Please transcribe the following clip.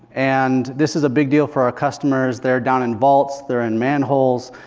and this is a big deal for our customers. they're down in vaults. they're in manholes,